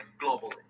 globally